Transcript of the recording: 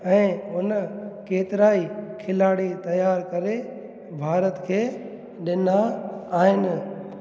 ऐं उन केतिरा ई खिलाड़ी तयारु करे भारत खे ॾिना आहिनि